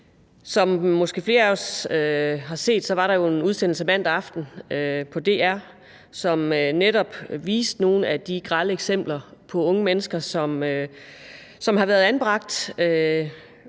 Som flere af os måske har set, var der jo en udsendelse mandag aften på DR, som netop viste nogle af de grelle eksempler på unge mennesker, som har været anbragt,